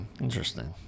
Interesting